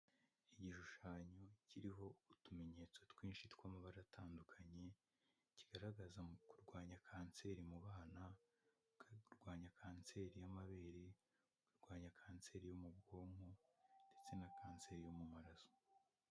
Igishushanyo kiriho utumenyetso twinshi tw'amabara atandukanye kigaragaza mu kurwanya kanseri mu bana, kurwanya kanseri y'amabere, kurwanya kanseri yo mu bwonko ndetse na kanseri yo mu maraso.